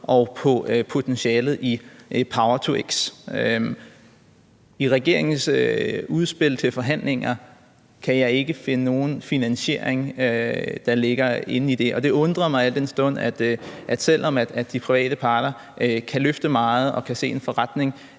på potentialet i power-to-x. I regeringens udspil til forhandlinger kan jeg ikke finde nogen finansiering, der ligger inde i det, og det undrer mig, al den stund at selvom de private parter kan løfte meget og kan se en forretning